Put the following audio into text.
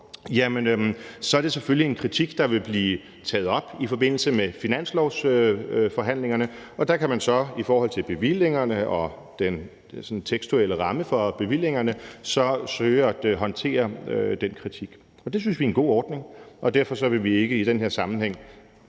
så er det selvfølgelig en kritik, der vil blive taget op i forbindelse med finanslovsforhandlingerne, og der kan man så i forhold til bevillingerne og den tekstuelle ramme for bevillingerne søge at håndtere den kritik. Det synes vi er en god ordning, og derfor vil vi ikke i den her sammenhæng